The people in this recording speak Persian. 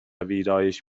ویرایش